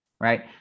right